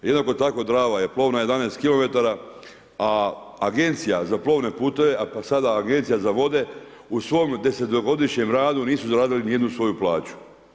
Jednako tako Drava je plovna 11km a Agencija za plovne putove, a sada Agencija za vode, u svom desetogodišnjem radu nisu zaradili niti jednu svoju plaću.